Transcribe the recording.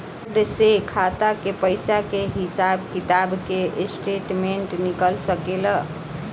Card से खाता के पइसा के हिसाब किताब के स्टेटमेंट निकल सकेलऽ?